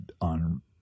on